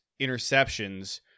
interceptions